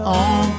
on